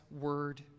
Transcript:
word